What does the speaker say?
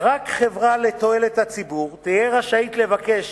רק חברה לתועלת הציבור תהיה רשאית לבקש